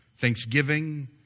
Thanksgiving